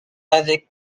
avec